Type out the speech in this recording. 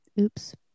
Oops